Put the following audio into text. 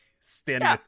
standing